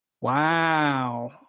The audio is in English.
wow